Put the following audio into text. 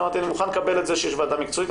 אמרתי שאני מוכן לקבל את זה שיש ועדה מקצועית,